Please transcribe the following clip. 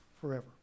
forever